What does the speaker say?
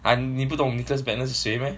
!huh! 你不懂 nicklas bendtner 是谁 meh